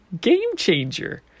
game-changer